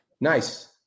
Nice